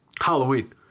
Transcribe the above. Halloween